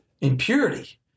impurity